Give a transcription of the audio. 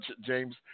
James